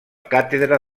càtedra